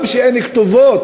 גם אין כתובות.